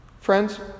Friends